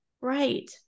Right